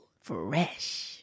Fresh